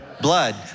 blood